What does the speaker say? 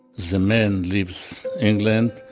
the man leaves england,